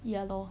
ya lor